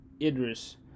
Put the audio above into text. Idris